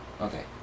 Okay